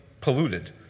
polluted